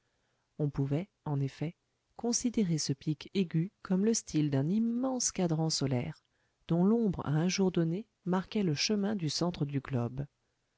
on pouvait en effet considérer ce pic aigu comme le style d'un immense cadran solaire dont l'ombre à un jour donné marquait le chemin du centre du globe